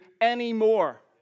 anymore